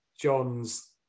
John's